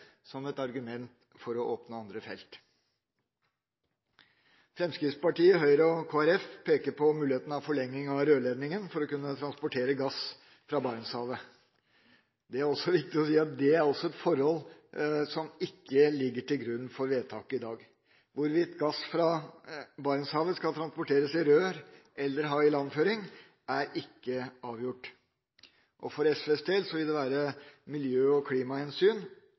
som et argument for å åpne andre felt. Fremskrittspartiet, Høyre og Kristelig Folkeparti peker på muligheten for forlenging av rørledningen for å kunne transportere gass fra Barentshavet. Det er viktig å si at det er et forhold som ikke ligger til grunn for vedtaket i dag. Hvorvidt gass fra Barentshavet skal transporteres i rør eller ha ilandføring, er ikke avgjort. For SVs del vil det være miljø- og klimahensyn,